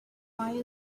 why